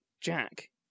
Jack